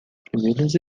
primeiras